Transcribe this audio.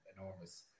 enormous